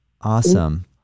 Awesome